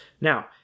Now